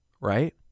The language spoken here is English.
right